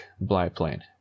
Biplane